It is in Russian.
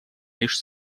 лишь